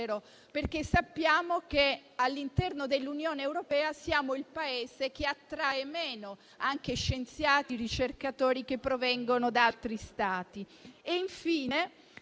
perché sappiamo che, all'interno dell'Unione europea, siamo il Paese che attrae meno scienziati e ricercatori provenienti da altri Stati.